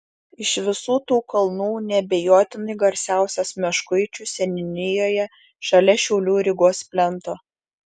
iš visų tų kalnų neabejotinai garsiausias meškuičių seniūnijoje šalia šiaulių rygos plento